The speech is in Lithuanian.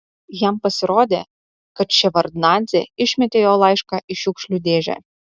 jam pasirodė kad ševardnadzė išmetė jo laišką į šiukšlių dėžę